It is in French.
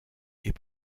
est